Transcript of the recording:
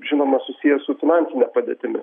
žinoma susiję su finansine padėtimi